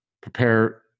prepare